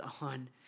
on